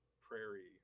prairie